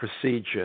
procedure